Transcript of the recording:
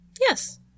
Yes